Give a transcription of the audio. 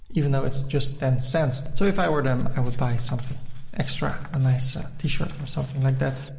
even though it's just ten cents. so if i were them, i would buy something extra a nice t-shirt or something like that.